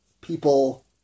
people